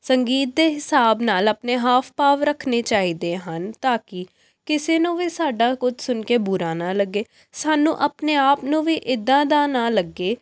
ਸੰਗੀਤ ਦੇ ਹਿਸਾਬ ਨਾਲ ਆਪਣੇ ਹਾਵ ਭਾਵ ਰੱਖਣੇ ਚਾਹੀਦੇ ਹਨ ਤਾਂ ਕਿ ਕਿਸੇ ਨੂੰ ਵੀ ਸਾਡਾ ਕੁਛ ਸੁਣ ਕੇ ਬੁਰਾ ਨਾ ਲੱਗੇ ਸਾਨੂੰ ਆਪਣੇ ਆਪ ਨੂੰ ਵੀ ਇੱਦਾਂ ਦਾ ਨਾ ਲੱਗੇ